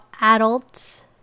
adults